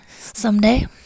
Someday